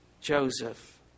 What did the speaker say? Joseph